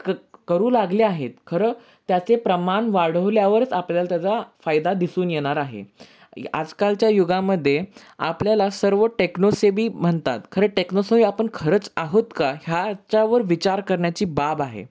क करू लागले आहेत खरं त्याचे प्रमाण वाढवल्यावरच आपल्याला त्याचा फायदा दिसून येणार आहे आजकालच्या युगामध्ये आपल्याला सर्व टेक्नो सेबी म्हणतात खरं टेक्नॉ सेबी आपण खरंच आहोत का याच्यावर विचार करण्याची बाब आहे